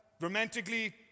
romantically